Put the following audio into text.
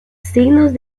signos